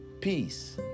peace